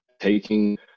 taking